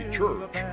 church